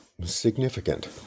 significant